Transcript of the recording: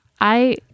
I-